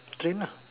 train lah